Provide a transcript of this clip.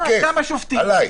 בכיף, עליי.